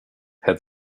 had